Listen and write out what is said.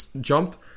jumped